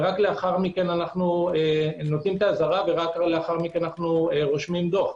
ורק לאחר מכן אנו נותנים את האזהרה ורק אחר כך אנו רושמים דוח.